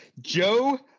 Joe